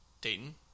Dayton